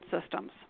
systems